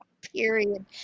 period